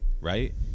right